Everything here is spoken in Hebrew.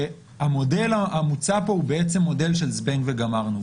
והמודל המוצע פה הוא מודל של "זבנג וגמרנו",